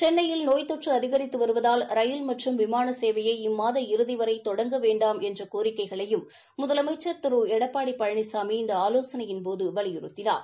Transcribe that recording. சென்னையில் நோய் தொற்று அதிகரித்து வருவதால் ரயில் மற்றம் விமான சேவையை இம்மாதம் இறுதி வரை தொடங்க வேண்டாம் என்ற கோிக்கைகளையும் முதலமைச்சர் திரு எடப்பாடி பழனினாமி இந்த ஆலோசனையின் போது வலியுறுத்தினார்